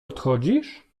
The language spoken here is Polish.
odchodzisz